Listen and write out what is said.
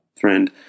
friend